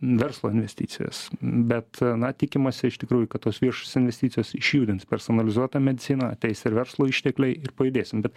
verslo investicijas bet na tikimasi iš tikrųjų kad tos viešos investicijos išjudins personalizuotą mediciną ateis ir verslo ištekliai ir pajudėsim bet